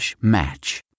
match